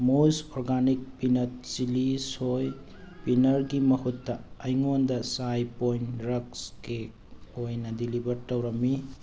ꯃꯨꯓ organic peanut chillies soy ꯄꯤꯅꯔꯒꯤ ꯝꯍꯨꯠꯇ ꯑꯩꯉꯣꯟꯗ ꯆꯥꯏ ꯄꯣꯏꯟ ꯔꯛꯁ ꯀꯦꯛ ꯑꯣꯏꯅ ꯗꯤꯂꯤꯕꯔ ꯇꯧꯔꯝꯃꯤ